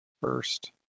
first